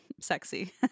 sexy